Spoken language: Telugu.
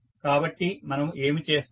కాబట్టి మనము ఏమి చేస్తాము